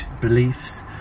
beliefs